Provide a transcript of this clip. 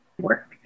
Work